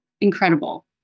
incredible